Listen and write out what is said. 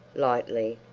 lightly,